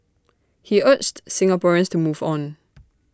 he urged Singaporeans to move on